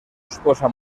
esposa